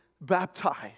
baptized